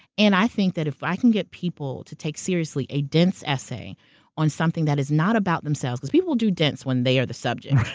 and i think that if i can get people to take seriously a dense essay on something that is not about themselves, because people will do dense when they are the subject, right?